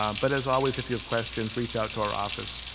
um but as always, if you have questions, reach out to our office.